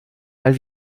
weil